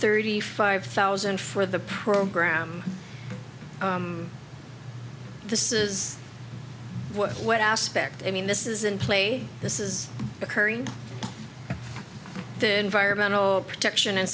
thirty five thousand for the program this is what aspect i mean this is in play this is occurring the environmental protection and